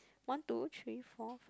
one two three four